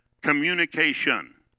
Communication